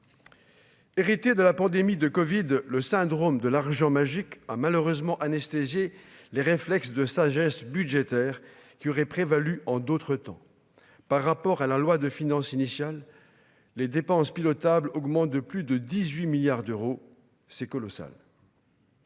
héritée de la pandémie de Covid le syndrome de l'argent magique a malheureusement anesthésier les réflexes de sagesse budgétaire qui aurait prévalu en d'autres temps, par rapport à la loi de finances initiale, les dépenses pilotable augmente de plus de 18 milliards d'euros, c'est colossal.